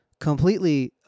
completely